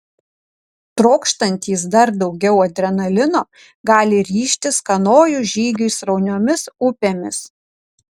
trokštantys dar daugiau adrenalino gali ryžtis kanojų žygiui srauniomis upėmis